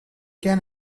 can